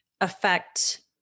affect